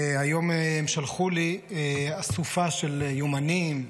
היום הן שלחו לי אסופה של יומנים,